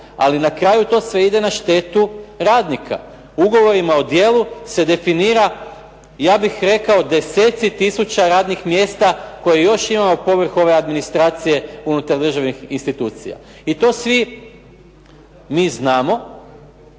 Ali na kraju to sve ide na štetu radnika. Ugovorima o djelu se definira ja bih rekao deseci tisuća radnih mjesta koje još imamo povrh ove administracije unutar državnih institucija. I to svi mi znamo,